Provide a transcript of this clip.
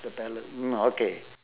mm okay